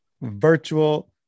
Virtual